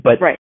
Right